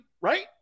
right